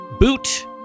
boot